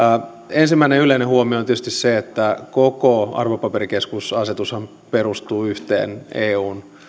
ensimmäinen yleinen huomio on tietysti se että koko arvopaperikeskusasetushan perustuu yhteen eun